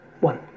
One